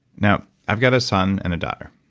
now, i've got a son and a daughter.